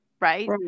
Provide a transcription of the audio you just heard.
right